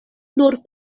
nur